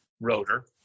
rotor